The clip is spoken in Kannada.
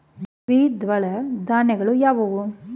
ದ್ವಿದಳ ಧಾನ್ಯಗಳಾವುವು?